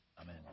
Amen